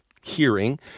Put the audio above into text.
hearing